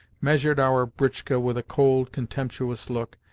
measured our britchka with a cold, contemptuous look,